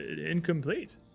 incomplete